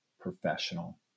professional